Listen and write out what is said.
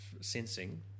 sensing